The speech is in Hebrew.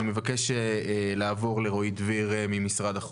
אני מבקש לעבור לרועי דביר ממשרד החוץ.